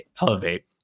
elevate